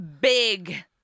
big